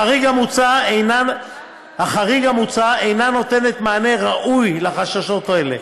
החריג המוצע אינו נותן מענה ראוי לחששות האלה.